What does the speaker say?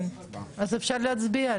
אז אפשר להצביע?